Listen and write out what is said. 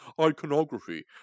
iconography